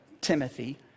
Timothy